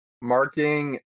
Marking